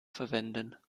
verwenden